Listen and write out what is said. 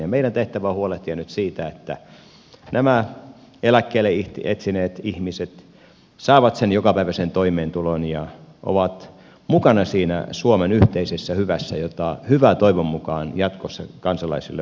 meidän tehtävämme on nyt huolehtia siitä että nämä eläkkeelle ehtineet ihmiset saavat sen jokapäiväisen toimeentulon ja ovat mukana siinä suomen yhteisessä hyvässä jota hyvää toivon mukaan jatkossa kansalaisille voitaisiin osoittaa